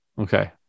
Okay